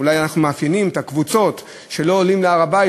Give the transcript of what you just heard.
אולי אנחנו מאפיינים את הקבוצות שלא עולות להר-הבית.